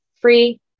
free